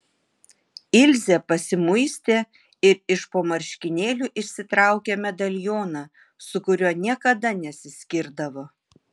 ilzė pasimuistė ir iš po marškinėlių išsitraukė medalioną su kuriuo niekada nesiskirdavo